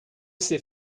sait